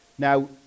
Now